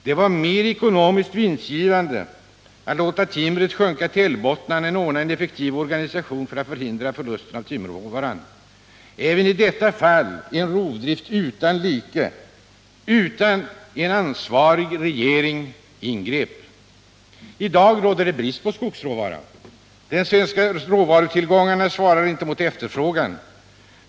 Det var mer ekonomiskt vinstgivande att låta timret sjunka till älvbottnarna än att ordna en effektiv organisation för att förhindra förlusten av timmerråvaran. Även i detta fall skedde en rovdrift utan like utan att en ansvarig regering ingrep. I dag råder det brist på skogsråvara. De svenska råvarutillgångarna svarar inte mot efterfrågan.